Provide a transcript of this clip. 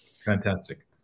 Fantastic